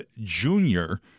junior